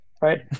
Right